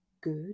good